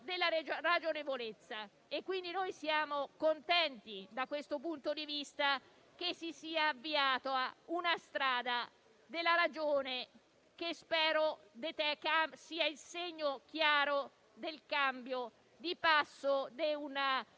della ragionevolezza, quindi siamo contenti, da questo punto di vista, che si sia intrapresa una strada della ragione, che spero sia il segno chiaro del cambio di passo